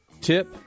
tip